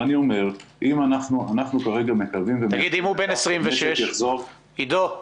ואני אומר אנחנו כרגע מקווים שהמשק יחזור --- עידו,